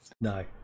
No